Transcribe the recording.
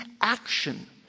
action